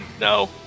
No